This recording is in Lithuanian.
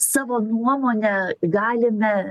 savo nuomonę galime